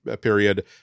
period